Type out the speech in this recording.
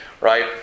right